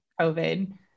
COVID